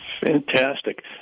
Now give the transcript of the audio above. Fantastic